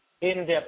in-depth